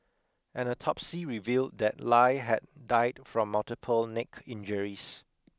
an autopsy revealed that Lie had died from multiple neck injuries